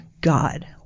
God